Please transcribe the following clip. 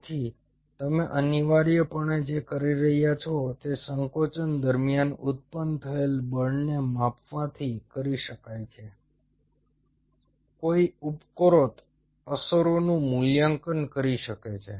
તેથી તમે અનિવાર્યપણે જે કરી રહ્યા છો તે સંકોચન દરમિયાન ઉત્પન્ન થયેલ બળને માપવાથી કરી શકાય છે કોઈ ઉપરોક્ત અસરોનું મૂલ્યાંકન કરી શકે છે